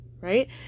Right